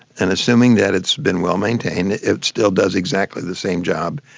and assuming that it's been well maintained it still does exactly the same job.